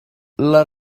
les